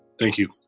thank you.